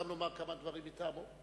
וגם לומר כמה דברים מטעמו.